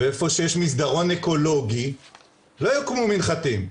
ואיפה שיש מסדרון אקולוגי - לא יקומו מנחתים.